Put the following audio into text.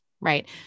right